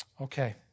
Okay